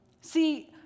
See